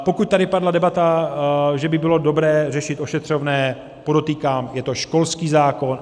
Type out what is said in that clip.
Pokud tady padla debata, že by bylo dobré řešit ošetřovné, podotýkám, je to školský zákon.